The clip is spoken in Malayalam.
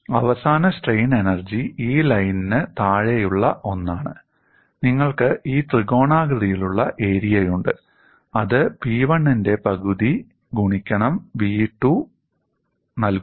അവസാന സ്ട്രെയിൻ എനർജി ഈ ലൈനിന് താഴെയുള്ള ഒന്നാണ് നിങ്ങൾക്ക് ഈ ത്രികോണാകൃതിയിലുള്ള ഏരിയയുണ്ട് അത് P1 ന്റെ പകുതി ഗുണിക്കണം v2 നൽകുന്നു